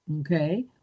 okay